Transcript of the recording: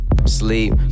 Sleep